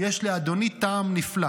יש לאדוני טעם נפלא,